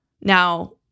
Now